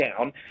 down